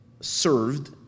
served